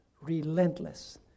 relentless